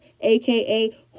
aka